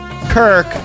Kirk